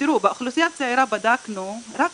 בדקנו באוכלוסייה הצעירה, רק